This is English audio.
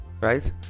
right